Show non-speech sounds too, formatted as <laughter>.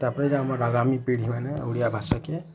ତା'ପରେ <unintelligible> ଆଗାମୀ ପିଢ଼ି ମାନେ ଓଡ଼ିଆ ଭାଷାକେ